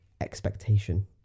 expectation